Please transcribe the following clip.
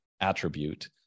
attribute